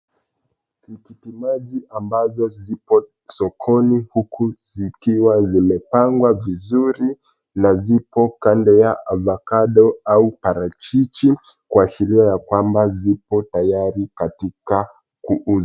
Tikiti maji ambazo zipo sokoni huku zikiwa zimepangwa vizuri na zipo kando ya avocado au parachichi kuashiria ya kwamba zipo tayari katika kuuza.